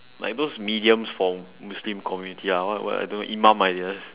like those mediums from muslim community ah what what I don't know imam I guess